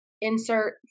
insert